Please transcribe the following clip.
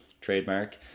trademark